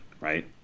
Right